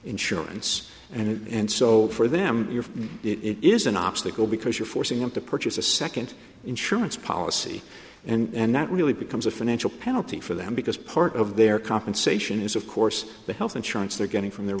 insurance and so for them it is an obstacle because you're forcing them to purchase a second insurance policy and that really becomes a financial penalty for them because part of their compensation is of course the health insurance they're getting from their